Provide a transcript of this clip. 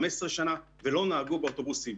15 שנה ולא נהגו באוטובוסים,